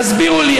תסבירו לי,